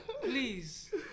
Please